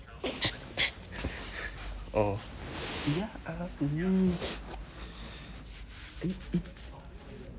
oh ya I like the new